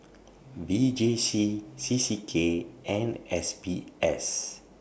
V J C C C K and S B S